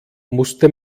musste